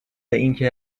اینکه